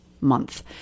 Month